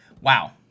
wow